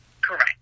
correct